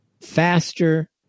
faster